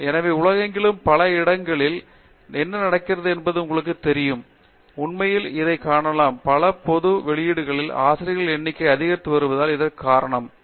R Chakravarthy எனவே உலகெங்கிலும் பல இடங்களில் என்ன நடக்கிறது என்பது உங்களுக்குத் தெரியுமா உண்மையில் இதைக் காணலாம் பல பொது வெளியீடுகளில் ஆசிரியர்கள் எண்ணிக்கை அதிகரித்து வருவதால் இதற்கு காரணம் இருக்கிறது